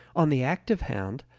on the active hand,